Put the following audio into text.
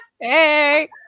Hey